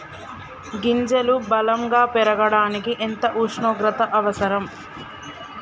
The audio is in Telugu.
గింజలు బలం గా పెరగడానికి ఎంత ఉష్ణోగ్రత అవసరం?